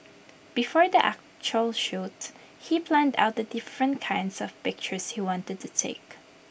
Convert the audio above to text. before the actual shoot he planned out the different kinds of pictures he wanted to take